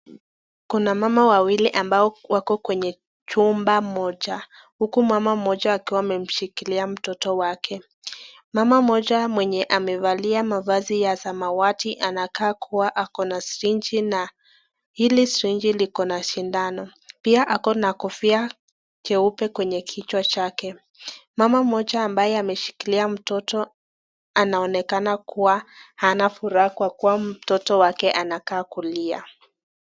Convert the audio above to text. Kuna mama wawili ambao wako kwenye chumba moja. huku mama mmoja akiwa ameshikilia mtoto wake. Mama mmoja mwenye amevalia mavazi ya samawati anakaa kuwa ako na sirinji na hili sirinji liko na shindano, pia ako na kofia cheupe kwenye kichwa chake. Mama moja ambaye ameshikilia mtoto anaonekana kuwa hana furaha kwa kuwa mtoto wake anakaa kulia.